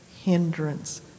hindrance